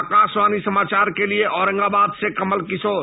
आकाशवाणी समाचार के लिये औरंगाबाद से कमल किशोर